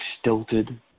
stilted